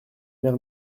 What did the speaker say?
mère